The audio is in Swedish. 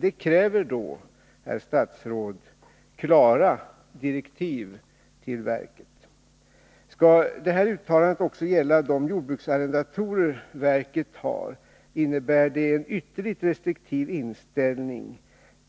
Det kräver, herr statsråd, klara direktiv till verket. Om detta uttalande också skall gälla de jordbruksarrendatorer som verket har, innebär det en ytterligt restriktiv inställning